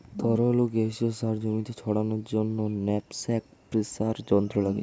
তরল ও গ্যাসীয় সার জমিতে ছড়ানোর জন্য ন্যাপস্যাক স্প্রেয়ার যন্ত্র লাগে